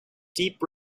deep